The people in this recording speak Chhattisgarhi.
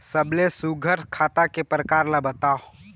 सबले सुघ्घर खाता के प्रकार ला बताव?